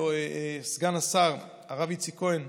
ולסגן השר הרב איציק כהן,